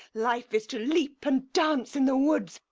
life is to leap and dance in the woods,